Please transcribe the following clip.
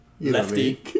Lefty